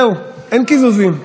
זהו, אין קיזוזים.